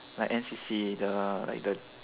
like N_C_C like the